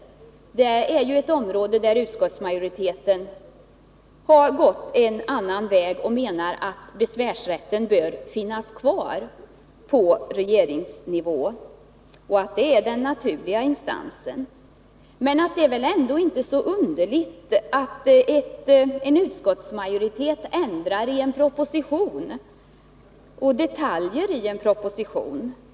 Det är ett område där utskottsmajoriteten har gått en annan väg och menar att besvärsrätten bör finnas kvar på regeringsnivå. Man tycker att det är den naturliga instansen. Det är väl inte så underligt att en utskottsmajoritet föreslår ändringar när det gäller detaljer i en proposition.